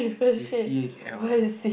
you C_H_L ah